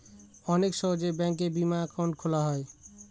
অনেক সহজে ব্যাঙ্কে বিমা একাউন্ট খোলা যায়